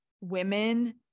women